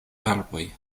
arboj